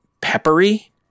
peppery